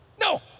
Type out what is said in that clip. No